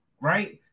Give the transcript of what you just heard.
right